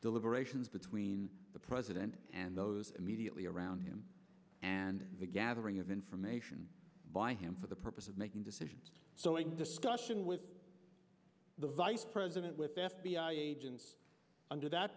deliberations between the president and those immediately around him and the gathering of information by him for the purpose of making decisions so in discussion with the vice president with f b i agents under that